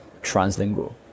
translingual